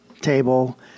table